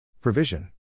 Provision